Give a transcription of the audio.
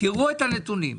תראו את הנתונים.